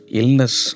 illness